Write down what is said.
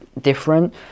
different